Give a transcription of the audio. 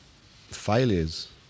failures